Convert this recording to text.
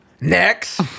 Next